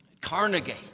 Carnegie